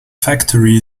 factory